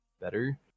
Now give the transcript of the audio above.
better